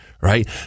right